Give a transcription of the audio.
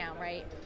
Right